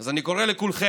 אז אני קורא לכולכם,